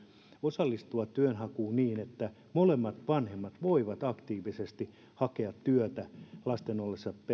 osallistua työnhakuun niin että molemmat vanhemmat voivat aktiivisesti hakea työtä lasten ollessa